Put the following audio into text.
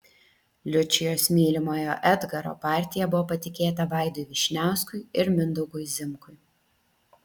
liučijos mylimojo edgaro partija buvo patikėta vaidui vyšniauskui ir mindaugui zimkui